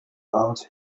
out